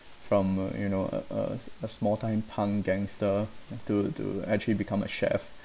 from a you know a a a small time punk gangster to to actually become a chef